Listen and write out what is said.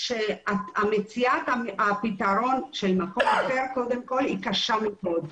מציאת הפתרון אחר קודם כל היא קשה מאוד.